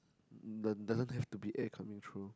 does~ doesn't have to be air coming through